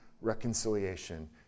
reconciliation